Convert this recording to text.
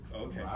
Okay